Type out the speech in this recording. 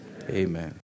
amen